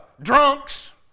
drunks